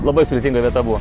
labai sudėtinga vieta buvo